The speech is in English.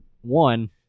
One